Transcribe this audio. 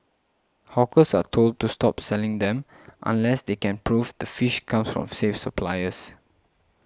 hawkers are told to stop selling them unless they can prove the fish comes from safe suppliers